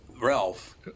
Ralph